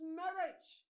marriage